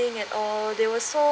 at all they were so